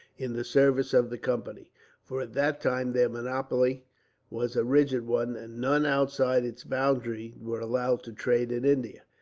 in the service of the company for at that time their monopoly was a rigid one, and none outside its boundary were allowed to trade in india.